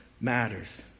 matters